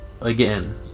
again